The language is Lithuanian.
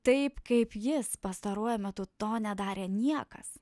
taip kaip jis pastaruoju metu to nedarė niekas